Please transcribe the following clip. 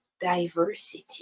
Diversity